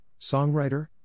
Songwriter